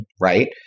right